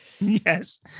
Yes